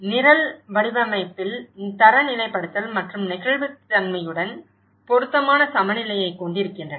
நிரல் வடிவமைப்பில் தரநிலைப்படுத்தல் மற்றும் நெகிழ்வுத்தன்மையுடன் பொருத்தமான சமநிலையைக் கொண்டிருக்கின்றன